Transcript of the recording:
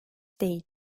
değil